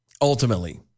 ultimately